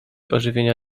ożywienia